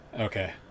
Okay